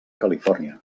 califòrnia